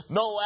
no